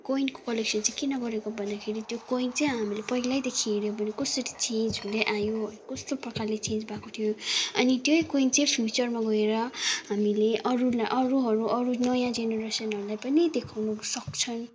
कोइनको collection चाहिँ किन गरेको भन्दाखेरि त्यो कोइन चाहिँ हामीले पहिल्यैदेखि हेऱ्यो भने कसरी चेन्ज हुँदै आयो कस्तो प्रकारले चेन्ज भएको थियो अनि त्यही कोइन चाहिँ फ्युचरमा गएर हामीले अरूलाई अरूहरू अरू नयाँ जेनरेसनहरूलाई पनि देखाउन सक्छन्